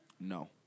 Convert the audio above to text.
No